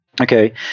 okay